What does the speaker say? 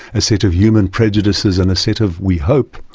a set of human prejudices and a set of, we hope,